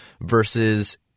versus